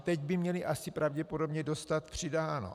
Teď by měly asi pravděpodobně dostat přidáno.